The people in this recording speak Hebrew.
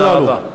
תודה רבה.